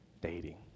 dating